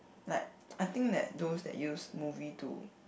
like I think that those that use movie to